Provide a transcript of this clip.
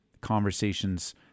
Conversations